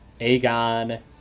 Aegon